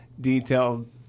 detailed